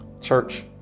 Church